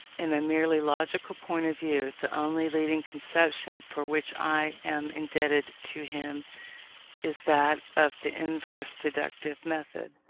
in a merely logical point of view, the only leading conception for which i am indebted to him is that of the inverse deductive method,